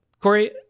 Corey